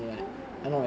oh